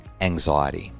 anxiety